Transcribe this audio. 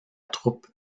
troupe